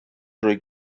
drwy